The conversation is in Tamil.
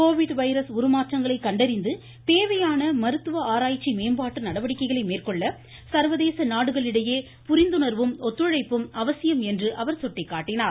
கோவிட் வைரஸ் உருமாற்றங்களை கண்டறிந்து தேவையான மருத்துவ ஆராய்ச்சி மேம்பாட்டு நடவடிக்கைகளை மேற்கொள்ள சர்வதேச நாடுகளிடையே புரிந்துணர்வும் ஒத்துழைப்பும் அவசியம் என்று அவர் சுட்டிக்காட்டினார்